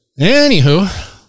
Anywho